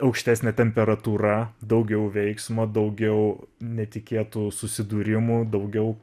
aukštesnė temperatūra daugiau veiksmo daugiau netikėtų susidūrimų daugiau